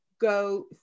go